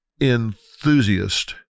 enthusiast